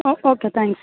oh okay thanks